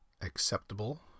acceptable